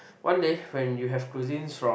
one day when you have cuisines from